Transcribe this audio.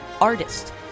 artist